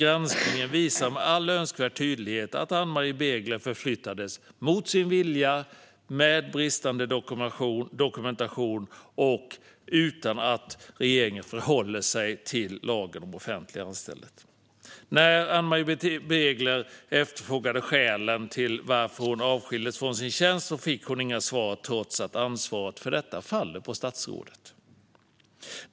Granskningen visar med all önskvärd tydlighet att Ann-Marie Begler förflyttades mot sin vilja med bristande dokumentation och utan att regeringen förhöll sig till lagen om offentlig anställning. När Ann-Marie Begler efterfrågade skälen till att hon avskildes från sin tjänst fick hon inga svar, trots att ansvaret för detta faller på statsrådet.